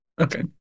Okay